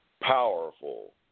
powerful